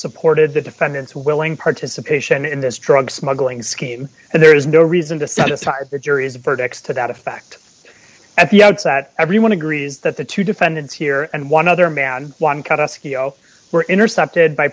supported the defendant's willing participation in this drug smuggling scheme and there is no reason to stop the jury's verdict to that effect at the outset everyone agrees that the two defendants here and one other man one count us ago were intercepted by